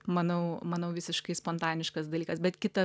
manau manau visiškai spontaniškas dalykas bet kita